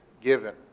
given